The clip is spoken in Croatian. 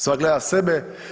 Svak gleda sebe.